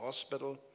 hospital